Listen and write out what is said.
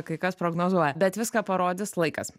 kai kas prognozuoja bet viską parodys laikas